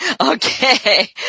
Okay